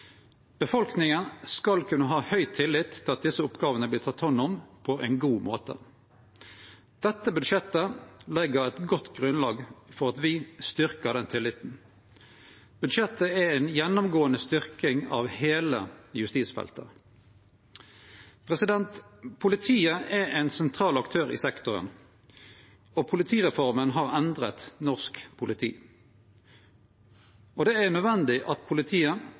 Befolkninga skal kunne ha høg tillit til at desse oppgåvene vert tekne hand om på ein god måte. Dette budsjettet legg eit godt grunnlag for at vi styrkjer den tilliten. Budsjettet er ei gjennomgåande styrking av heile justisfeltet. Politiet er ein sentral aktør i sektoren, og politireforma har endra norsk politi. Det er nødvendig at politiet,